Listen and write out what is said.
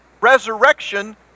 resurrection